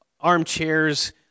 armchairs